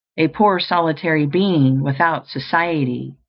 a poor solitary being, without society,